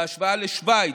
בהשוואה לשווייץ,